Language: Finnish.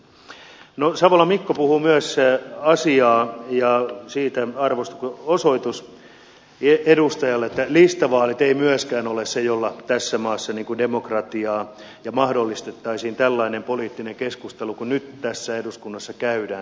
savolan mikko puhui myös asiaa ja siitä arvostuksen osoitus edustajalle että listavaalit eivät myöskään ole se jolla tässä maassa demokratiaa edistetään ja mahdollistettaisiin tällainen poliittinen keskustelu kuin nyt tässä eduskunnassa käydään